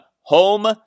home